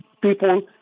people